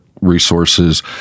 resources